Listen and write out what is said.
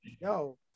yo